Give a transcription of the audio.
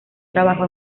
trabajó